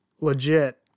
legit